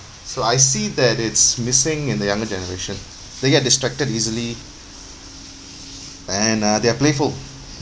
so I see that it's missing in the younger generation they get distracted easily and uh they're playful